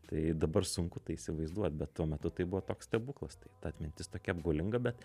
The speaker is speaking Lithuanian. tai dabar sunku tai įsivaizduot bet tuo metu tai buvo toks stebuklas tai ta atmintis tokia apgaulinga bet